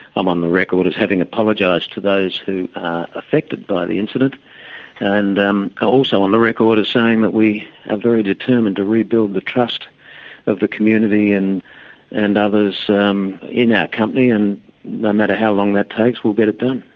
i'm on the record as having apologised to those who are affected by the incident and um also on the record as saying that we are ah very determined to rebuild the trust of the community and and others um in our company, and no matter how long that takes, we'll get it done.